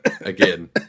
Again